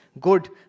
good